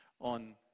on